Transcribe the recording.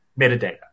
metadata